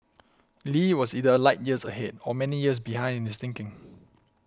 Lee was either light years ahead or many years behind in his thinking